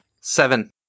Seven